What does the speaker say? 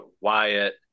wyatt